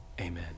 amen